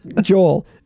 Joel